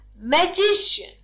magician